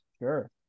Sure